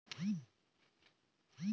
National agriculture market কি?